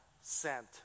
sent